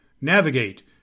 navigate